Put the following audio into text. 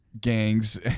gangs